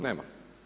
Nema.